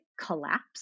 collapse